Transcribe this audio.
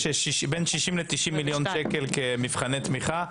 ויש בין 60 ל-90 מיליון שקל במבחני תמיכה.